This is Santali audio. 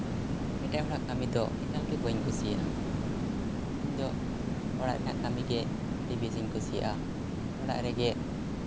ᱮᱴᱟᱜ ᱦᱚᱲᱟᱜ ᱠᱟᱹᱢᱤ ᱫᱚ ᱮᱠᱟᱞ ᱜᱮ ᱵᱟᱹᱧ ᱠᱩᱥᱤᱭᱟᱜᱼᱟ ᱤᱧ ᱫᱚ ᱚᱲᱟᱜ ᱨᱮᱱᱟᱜ ᱠᱟᱹᱢᱤᱜᱮ ᱟᱹᱰᱤ ᱵᱮᱥᱤᱧ ᱠᱩᱥᱤᱭᱟᱜᱼᱟ ᱚᱲᱟᱜ ᱨᱮᱜᱮ